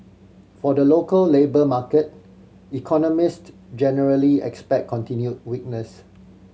for the local labour market economist generally expect continued weakness